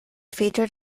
featured